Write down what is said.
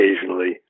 occasionally